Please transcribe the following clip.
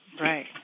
Right